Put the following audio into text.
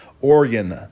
Oregon